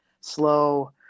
slow